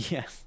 Yes